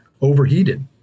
overheated